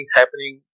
happening